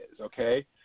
okay